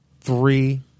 three